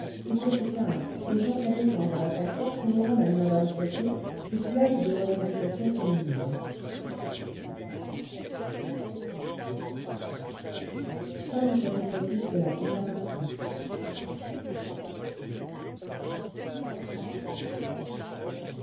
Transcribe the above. il se fait tard et j'entends descendre l'ascenseur qui nous ramène mme ponto du club des revendications féminines